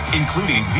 including